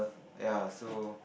ya so